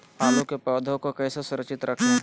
आलू के पौधा को कैसे सुरक्षित रखें?